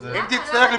למה אתה סתם אומר את זה?